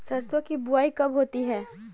सरसों की बुआई कब होती है?